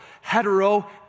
hetero